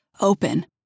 open